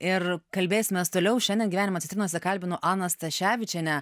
ir kalbėsimės toliau šiandien gyvenimo citrinose kalbinu ana staševičienė